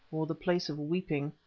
or the place of weeping,